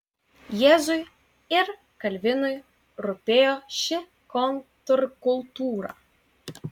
jėzui ir kalvinui rūpėjo ši kontrkultūra